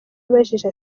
yabajije